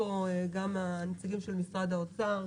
גם מציגי משרד האוצר,